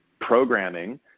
programming